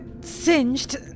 Singed